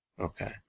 Okay